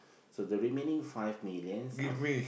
so the remaining five millions of